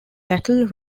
cattle